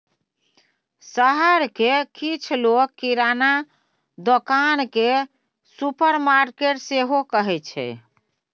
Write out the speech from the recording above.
शहर मे किछ लोक किराना दोकान केँ सुपरमार्केट सेहो कहै छै